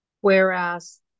whereas